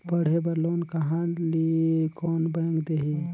पढ़े बर लोन कहा ली? कोन बैंक देही?